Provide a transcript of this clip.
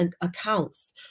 accounts